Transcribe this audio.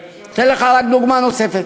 אני אתן לך רק דוגמה נוספת,